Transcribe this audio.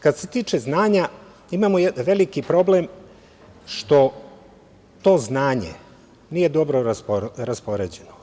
Kad se tiče znanja imamo veliki problem što to znanje nije dobro raspoređeno.